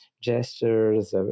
gestures